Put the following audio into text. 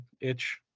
itch